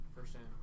firsthand